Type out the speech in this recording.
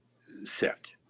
set